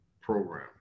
program